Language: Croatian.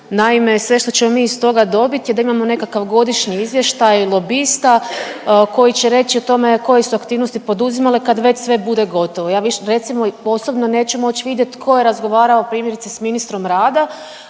Naime, sve što ćemo mi iz toga dobiti je da imamo nekakav godišnji izvještaj lobista koji će reći o tome koje su aktivnosti poduzimale kad već sve bude gotovo, ja recimo osobno neću moć vidjet tko je razgovarao primjerice s ministrom rada